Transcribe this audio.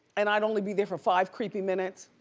and i'd only be there for five creepy minutes,